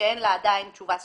שאין לה עדיין תשובה סופית.